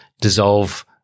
dissolve